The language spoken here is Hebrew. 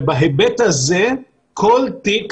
בהיבט הזה כל תיק,